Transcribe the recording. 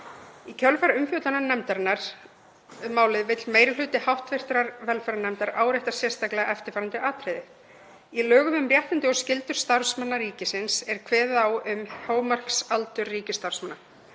Í kjölfar umfjöllunar nefndarinnar um málið vill meiri hluti hv. velferðarnefndar árétta sérstaklega eftirfarandi atriði: Í lögum um réttindi og skyldur starfsmanna ríkisins er kveðið á um hámarksaldur ríkisstarfsmanna.